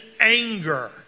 anger